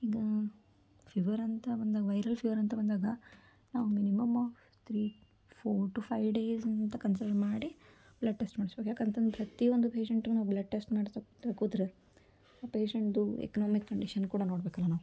ಈಗ ಫಿವರಂತ ಬಂದಾಗ ವೈರಲ್ ಫಿವರಂತ ಬಂದಾಗ ನಾವು minimum three four to five ಡೇಸಂತ ಕನ್ಸಿಡರ್ ಮಾಡಿ ಬ್ಲಡ್ ಟೆಸ್ಟ್ ಮಾಡ್ಸ್ಬೇಕು ಯಾಕಂತಂದ್ರೆ ಪ್ರತಿಯೊಂದು ಪೇಶೆಂಟು ಬ್ಲಡ್ ಟೆಸ್ಟ್ ಮಾಡಿಸ್ತಾ ಕೂತು ಕೂತರೆ ಆ ಪೇಶೆಂಟ್ದು ಎಕನಾಮಿಕ್ ಕಂಡೀಶನ್ ಕೂಡ ನೋಡ್ಬೇಕಲ್ವ ನಾವು